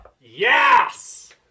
Yes